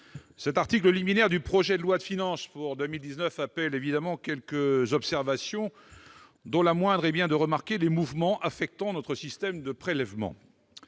L'article liminaire du projet de loi de finances pour 2019 appelle évidemment quelques observations. Il convient, à tout le moins, de relever les mouvements affectant notre système de prélèvements.